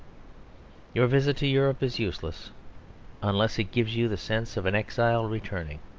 your visit to europe is useless unless it gives you the sense of an exile returning.